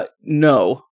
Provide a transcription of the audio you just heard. no